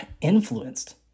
influenced